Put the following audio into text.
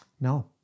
No